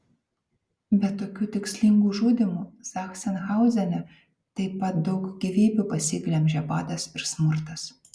be tokių tikslingų žudymų zachsenhauzene taip pat daug gyvybių pasiglemžė badas ir smurtas